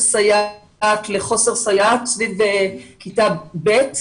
סייעת למצב של חוסר סייעת סביב כיתה ב',